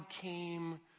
came